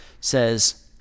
says